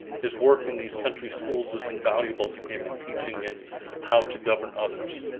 his work in these country schools was invaluable to him in teaching him how to govern others.